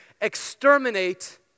exterminate